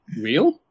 real